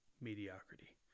mediocrity